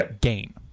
gain